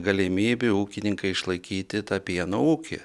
galimybių ūkininkei išlaikyti tą pieno ūkį